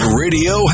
radio